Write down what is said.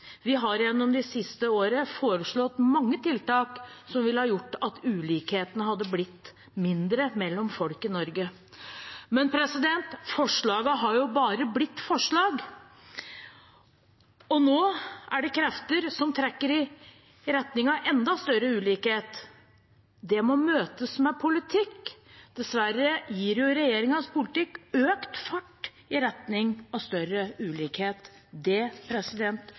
Vi har gjennom det siste året foreslått mange tiltak som ville ha gjort at ulikhetene hadde blitt mindre mellom folk i Norge, men forslagene har bare forblitt forslag. Nå er det krefter som trekker i retning av enda større ulikhet. Det må møtes med politikk. Dessverre gir regjeringens politikk økt fart i retning av større ulikhet. Det